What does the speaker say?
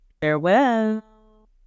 Farewell